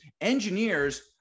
Engineers